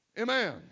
amen